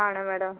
ആണോ മേഡം